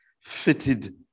fitted